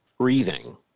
breathing